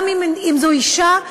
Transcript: גם אם זאת אישה,